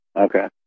Okay